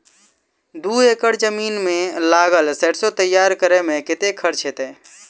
दू एकड़ जमीन मे लागल सैरसो तैयार करै मे कतेक खर्च हेतै?